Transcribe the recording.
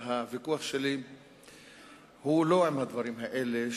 אבל הוויכוח שלי הוא לא על הדברים האלה,